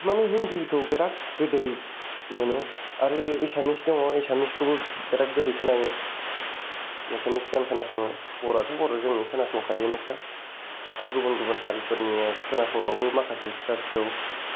मानि हिन्दिखौ बिराथ गोदै मोनो आरो एसामिस दङ एसामिसखौ बो बेराथ गोदै खोनायो एसामिस गान खोनासङो बर' आथ' बर' जोंनि खोनासंखायोनोखा आर गुबुन गुबुन हारिफोरनि खोनासंबावो माखासे फिसा फिसौ